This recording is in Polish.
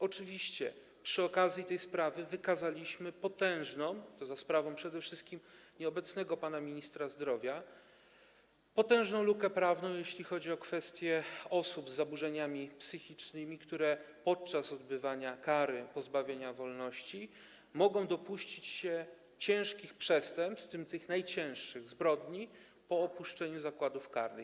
Oczywiście przy okazji tej sprawy wykazaliśmy - to za sprawą przede wszystkim nieobecnego pana ministra zdrowia - potężna lukę prawną, jeśli chodzi o kwestię osób z zaburzeniami psychicznymi, które podczas odbywania kary pozbawienia wolności mogą dopuścić się ciężkich przestępstw, w tym tych najcięższych, zbrodni, po opuszczeniu zakładów karnych.